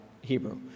Hebrew